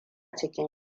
cikin